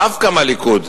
דווקא מהליכוד,